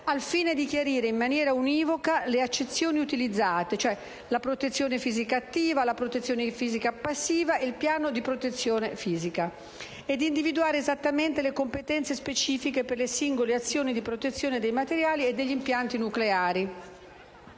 al fine di chiarire in maniera univoca le accezioni utilizzate («protezione fisica attiva», «protezione fisica passiva», «piano di protezione fisica») e di individuare esattamente le competenze specifiche per le singole azioni di protezione dei materiali e degli impianti nucleari.